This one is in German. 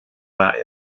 war